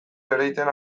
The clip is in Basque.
ereiten